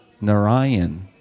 Narayan